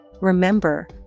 Remember